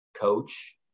coach